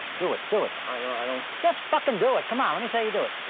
do it, do it. i don't, i don't just fuckin' do it, come on, let me see you do it.